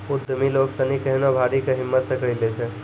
उद्यमि लोग सनी केहनो भारी कै हिम्मत से करी लै छै